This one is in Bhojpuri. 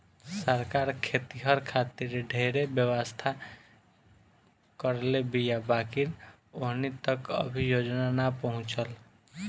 सरकार खेतिहर खातिर ढेरे व्यवस्था करले बीया बाकिर ओहनि तक अभी योजना ना पहुचल